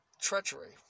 treachery